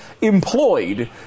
employed